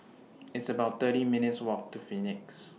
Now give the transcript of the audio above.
It's about thirty minutes' Walk to Phoenix